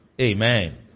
Amen